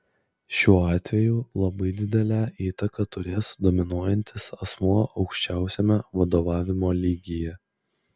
šiuo atveju labai didelę įtaką turės dominuojantis asmuo aukščiausiame vadovavimo lygyje